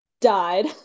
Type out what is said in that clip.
died